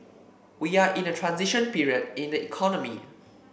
we are in a transition period in the economy